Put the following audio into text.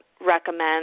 recommend